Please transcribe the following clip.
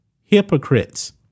hypocrites